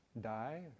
die